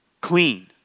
clean